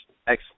excellent